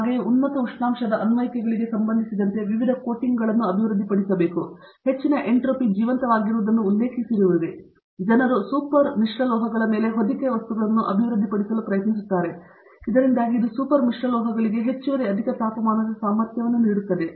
ಹಾಗೆಯೇ ಉನ್ನತ ಉಷ್ಣಾಂಶದ ಅನ್ವಯಿಕೆಗಳಿಗೆ ಸಂಬಂಧಿಸಿದಂತೆ ವಿವಿಧ ಕೋಟಿಂಗ್ಗಳು ಅಭಿವೃದ್ಧಿಪಡಿಸುತ್ತಿವೆ ನೀವು ಹೆಚ್ಚಿನ ಎಂಟ್ರೊಪಿ ಜೀವಂತವಾಗಿರುವುದನ್ನು ಉಲ್ಲೇಖಿಸಿರುವಿರಿ ಜನರು ಸೂಪರ್ ಮಿಶ್ರಲೋಹಗಳ ಮೇಲೆ ಹೊದಿಕೆಯ ವಸ್ತುಗಳನ್ನು ಅಭಿವೃದ್ಧಿಪಡಿಸಲು ಪ್ರಯತ್ನಿಸುತ್ತಿದ್ದಾರೆ ಇದರಿಂದಾಗಿ ಇದು ಸೂಪರ್ ಮಿಶ್ರಲೋಹಗಳಿಗೆ ಹೆಚ್ಚುವರಿ ಅಧಿಕ ತಾಪಮಾನದ ಸಾಮರ್ಥ್ಯವನ್ನು ನೀಡುತ್ತದೆ